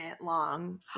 long